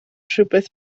rhywbeth